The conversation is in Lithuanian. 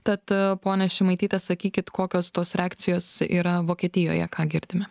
tad ponia šimaityte sakykit kokios tos reakcijos yra vokietijoje ką girdime